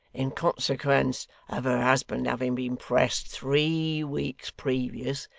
in consequence of her husband having been pressed three weeks previous,